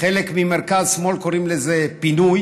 בחלק המרכז שמאל קוראים לזה פינוי